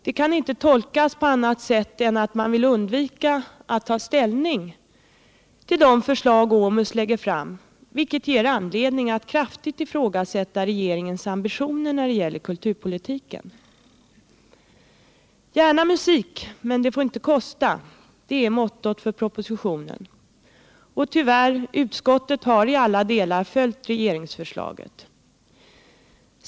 Det kan inte tolkas på annat sätt än att man vill undvika att ta ställning till de förslag OMUS lägger fram, vilket ger anledning att kraftigt ifrå 7 gasätta regeringens ambitioner när det gäller kulturpolitiken. Gärna musik, men det får inte kosta — det är mottot för propositionen, och tyvärr har utskottet i alla delar följt regeringsförslaget.